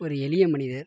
ஒரு எளிய மனிதர்